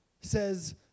says